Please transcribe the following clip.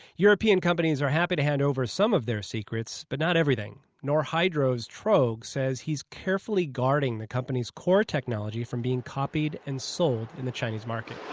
european companies are happy to hand over some of their secrets. but not everything norrhydro's trog says he's carefully guarding the company's core technology from being copied and sold in the chinese market